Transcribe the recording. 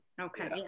Okay